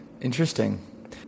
Interesting